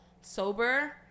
sober